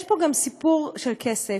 יש פה גם סיפור של כסף,